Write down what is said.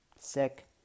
sick